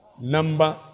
Number